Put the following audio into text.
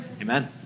Amen